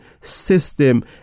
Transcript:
system